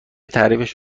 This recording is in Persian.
تعریفش